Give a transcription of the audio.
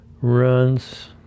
runs